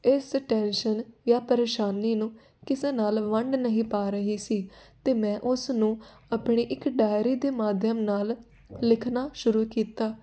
ਇਸ ਟੈਨਸ਼ਨ ਜਾਂ ਪਰੇਸ਼ਾਨੀ ਨੂੰ ਕਿਸੇ ਨਾਲ ਵੰਡ ਨਹੀਂ ਪਾ ਰਹੀ ਸੀ ਅਤੇ ਮੈਂ ਉਸ ਨੂੰ ਆਪਣੀ ਇੱਕ ਡਾਇਰੀ ਦੇ ਮਾਧਿਅਮ ਨਾਲ ਲਿਖਣਾ ਸ਼ੁਰੂ ਕੀਤਾ